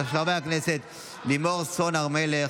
של חברי הכנסת לימור סון הר מלך